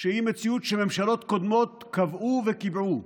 שממשלות קודמות קבעו וקיבעו.